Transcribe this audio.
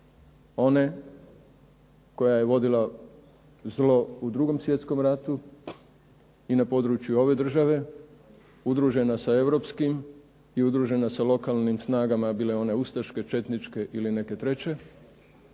One koja je vodila zlo u Drugom svjetskom ratu i na području ove države udružena sa europskim i udružena sa lokalnim snagama bile one ustaške, četničke ili neke treće